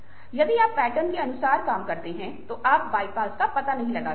यदि आप पैटर्न के अनुसार काम करते हैं तो आप बाईपास का पता नहीं लगाते हैं